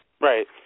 Right